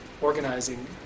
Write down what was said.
organizing